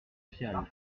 saddier